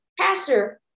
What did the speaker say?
pastor